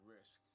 Risk